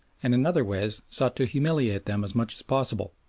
and in other ways sought to humiliate them as much as possible,